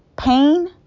Pain